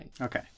Okay